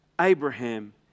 Abraham